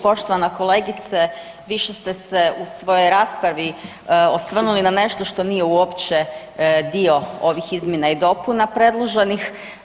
Poštovana kolegice, više ste se u svojoj raspravi osvrnuli na nešto što nije uopće dio ovih Izmjena i dopuna predloženih.